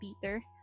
Peter